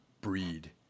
breed